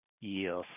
Yes